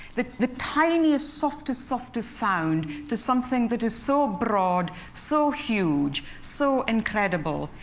the the tiniest, softest, softest sound to something that is so broad, so huge, so incredible.